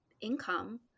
income